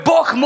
God